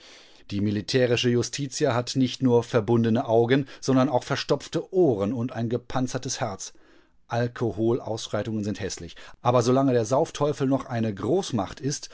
die militärische justitia hat nicht nur verbundene augen sondern auch verstopfte ohren und ein gepanzertes herz alkoholausschreitungen sind häßlich aber so lange der saufteufel noch eine großmacht ist